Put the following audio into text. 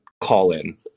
call-in